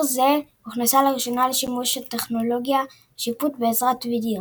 זה הוכנסה לראשונה לשימוש טכנולוגיית השיפוט בעזרת וידאו.